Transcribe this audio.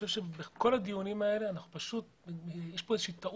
בכל הדיונים יש טעות